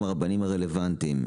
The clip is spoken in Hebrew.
עם הרבנים הרלוונטיים,